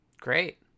Great